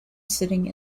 sitting